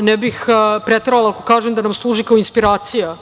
ne bih preterala ako kažem da nam služi kao inspiracija,